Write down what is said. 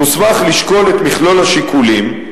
מוסמך לשקול את מכלול השיקולים,